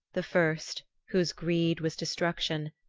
the first, whose greed was destruction,